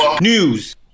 News